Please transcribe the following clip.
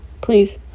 Please